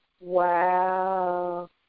Wow